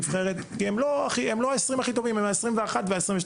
הם לא ה-20 הכי טובים אלא ה-21 וה-22.